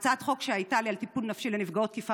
הייתה לי הצעת חוק על טיפול נפשי לנפגעות תקיפה